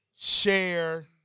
share